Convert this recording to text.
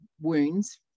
wounds